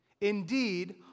Indeed